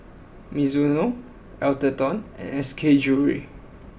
Mizuno Atherton and SK Jewellery